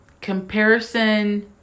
Comparison